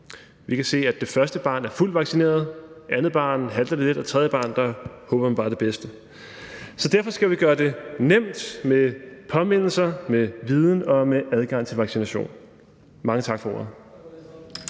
Vi kan se, at det første barn er fuldt vaccineret; ved andet barn halter det lidt; og ved tredje barn håber man bare det bedste. Så derfor skal vi gøre det nemt med påmindelser, med viden og med adgang til vaccination. Mange tak for ordet.